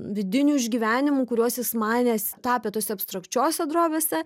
vidinių išgyvenimų kuriuos jis manęs tapė tose abstrakčiose drobėse